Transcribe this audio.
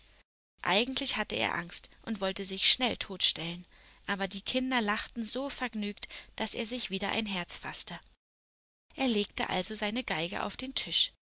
eigentlich hatte er angst und wollte sich schnell totstellen aber die kinder lachten so vergnügt daß er sich wieder ein herz faßte er legte also seine geige auf den tisch